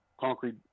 concrete